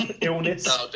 Illness